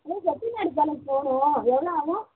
hello Chettinad palace போகணும் எவ்வளோ ஆகும்